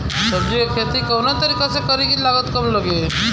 सब्जी के खेती कवना तरीका से करी की लागत काम लगे?